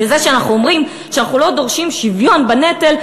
בזה שאנחנו אומרים שאנחנו לא דורשים שוויון בנטל,